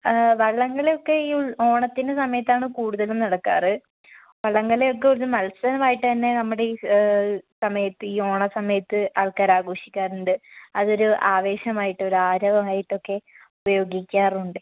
വള്ളംകളിയൊക്കെ ഈ ഓണത്തിൻ്റെ സമയത്താണ് കൂടുതലും നടക്കാറ് വള്ളംകളിയൊക്കെ ഒരു മത്സരമായിട്ടു തന്നെ നമ്മുടെ ഈ സമയത്ത് ഈ ഓണസമയത്ത് ആൾക്കാര് ആഘോഷിക്കാറുണ്ട് അതൊരു ആവേശമായിട്ട് ഒരു ആരവമായിട്ടൊക്കെ ഉപയോഗിക്കാറുണ്ട്